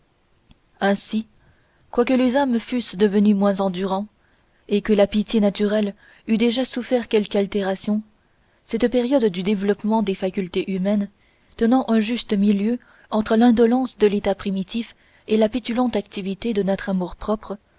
ainsi quoique les hommes fussent devenus moins endurants et que la pitié naturelle eût déjà souffert quelque altération cette période du développement des facultés humaines tenant un juste milieu entre l'indolence de l'état primitif et la pétulante activité de notre